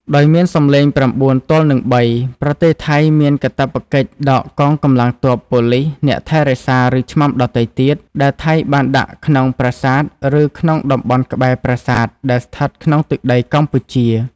ដោយមានសំឡេង៩ទល់នឹង៣ ប្រទេសថៃមានកាតព្វកិច្ចដកកងកម្លាំងទ័ព ប៉ូលីស អ្នកថែរក្សា ឬឆ្នាំដទៃទៀត ដែលថៃបានដាក់ក្នុងប្រាសាទឬក្នុងតំបន់ក្បែរប្រាសាទដែលស្ថិតក្នុងទឹកដីកម្ពុជា។